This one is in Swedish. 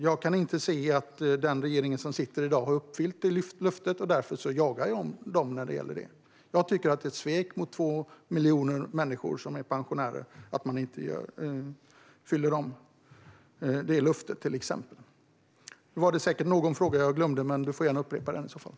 Jag kan inte se att den regering som sitter i dag skulle ha uppfyllt det löftet. Därför jagar jag dem när det gäller det. Jag tycker att det är ett svek mot 2 miljoner människor som är pensionärer att man inte uppfyller det löftet. Det var säkert någon fråga jag glömde, men Ali Esbati får i så fall gärna upprepa den.